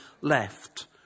left